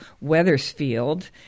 Weathersfield